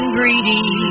greedy